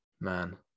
man